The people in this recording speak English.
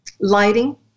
Lighting